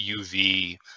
UV